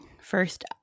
first